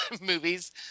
movies